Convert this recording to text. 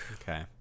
Okay